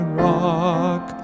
rock